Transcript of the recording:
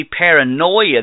paranoia